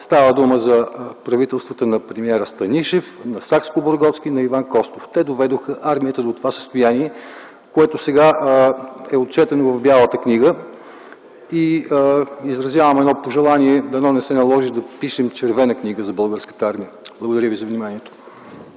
Става дума за правителствата на премиера Станишев, на Сакскобургготски и на Иван Костов. Те доведоха армията до това състояние, което сега е отчетено в Бялата книга. Изразявам едно пожелание: дано не се наложи да пишем Червена книга за българската армия. Благодаря ви.